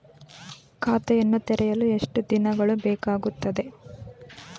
ಖಾತೆಯನ್ನು ತೆರೆಯಲು ಎಷ್ಟು ದಿನಗಳು ಬೇಕಾಗುತ್ತದೆ?